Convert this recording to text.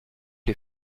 les